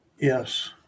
Yes